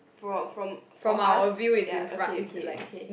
fro~ from for us ya okay okay okay